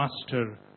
master